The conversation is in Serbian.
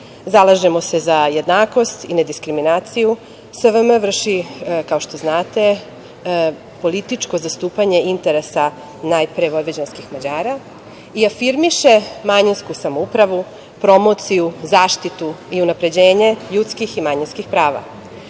stuba. Zalažemo se za jednakost i nediskriminaciju. Savez vojvođanskih Mađara vrši, kao što znate, političko zastupanje interesa, najpre vojvođanskih Mađara i afirmiše manjinsku samoupravu, promociju, zaštitu i unapređenje ljudskih i manjinskih prava.